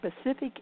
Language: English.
specific